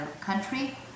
country